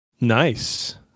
Nice